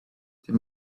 they